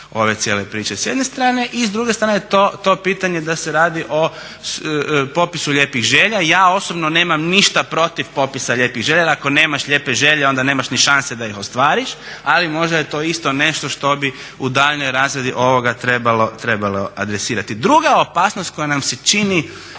ove cijele priče s jedne strane i s druge strane to pitanje da se radi o popisu lijepih želja. Ja osobno nemam ništa protiv popisa lijepih želja jer ako nemaš lijepe želje onda nemaš ni šanse da ih ostvariš. Ali možda je to isto nešto što bi u daljnjoj razradi ovoga trebalo adresirati. Druga opasnost koja nam se čini